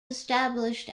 established